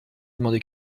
demander